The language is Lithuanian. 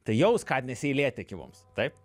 tai jau skatina seilėtekį mums taip